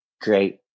great